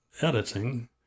editing